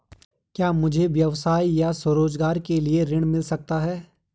क्या मुझे व्यवसाय या स्वरोज़गार के लिए ऋण मिल सकता है?